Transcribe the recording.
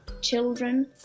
children